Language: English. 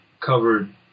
covered